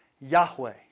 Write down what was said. Yahweh